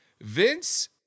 Vince